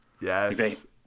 Yes